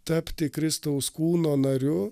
tapti kristaus kūno nariu